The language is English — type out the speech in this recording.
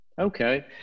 Okay